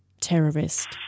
terrorist